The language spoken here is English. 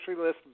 list